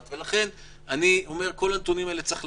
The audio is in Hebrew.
כל אזרחי